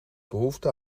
behoefte